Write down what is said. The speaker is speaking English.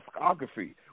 discography